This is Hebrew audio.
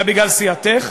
אלא בגלל סיעתך,